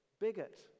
bigot